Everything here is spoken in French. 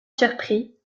surpris